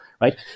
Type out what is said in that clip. Right